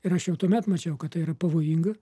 ir aš jau tuomet mačiau kad tai yra pavojinga